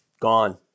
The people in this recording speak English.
gone